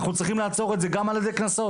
אנחנו צריכים לעצור את זה גם על ידי קנסות.